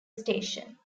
station